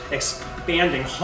expanding